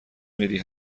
میری